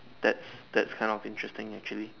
that's that's kind of interesting actually